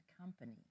company